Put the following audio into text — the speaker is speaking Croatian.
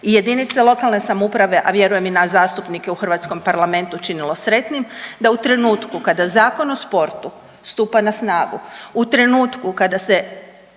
sportske klubove i JLS, a vjerujem i nas zastupnike u hrvatskom parlamentu činilo sretnim da u trenutku kada Zakon o sportu stupa na snagu, u trenutku kada se